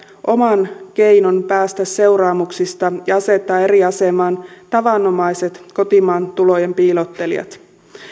oman keinon päästä seuraamuksista ja että tämä asettaa eri asemaan tavanomaiset kotimaan tulojen piilottelijat